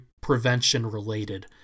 prevention-related